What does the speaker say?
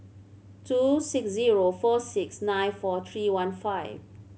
two six zero four six nine four three one five